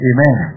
Amen